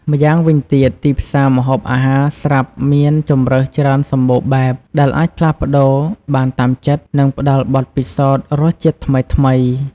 ម្យ៉ាងវិញទៀត ទីផ្សារម្ហូបអាហារស្រាប់មាន ជម្រើសច្រើនសម្បូរបែប ដែលអាចផ្លាស់ប្តូរបានតាមចិត្ត និងផ្តល់បទពិសោធន៍រសជាតិថ្មីៗ។